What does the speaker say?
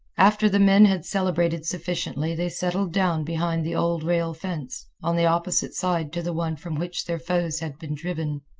after the men had celebrated sufficiently they settled down behind the old rail fence, on the opposite side to the one from which their foes had been driven.